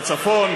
בצפון,